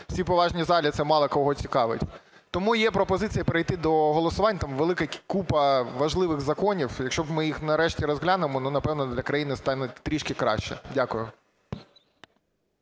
цій поважній залі це мало кого цікавить. Тому є пропозиція перейти до голосувань. Там велика купа важливих законів. Якщо ми їх нарешті розглянемо, ну, напевно, для країни стане трішки краще. Дякую.